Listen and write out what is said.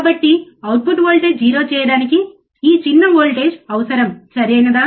కాబట్టి output voltage 0 చేయడానికి ఈ చిన్న వోల్టేజ్ అవసరం సరియైనదా